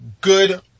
good